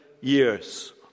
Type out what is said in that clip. years